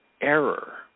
error